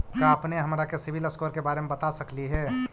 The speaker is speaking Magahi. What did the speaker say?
का अपने हमरा के सिबिल स्कोर के बारे मे बता सकली हे?